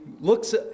looks